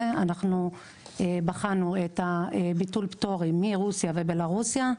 בחנו את ביטול הפטורים מרוסיה ובלרוסיה.